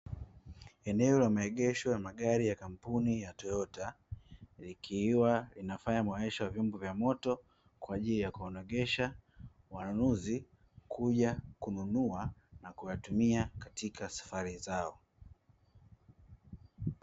Eneo la maegesho ya magari ya kampuni ya "Toyota", likiwa linafanya maonesho ya vyombo vya moto, kwa ajili ya kunogesha wanunuzi kuja kununua na kuyatumia katika safari zao.